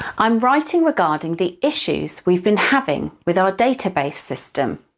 i'm writing regarding the issues we've been having with our database system.